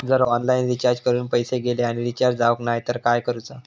जर online recharge करून पैसे गेले आणि रिचार्ज जावक नाय तर काय करूचा?